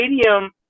stadium